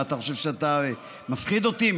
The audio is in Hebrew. מה, אתה חושב שאתה מפחיד אותי?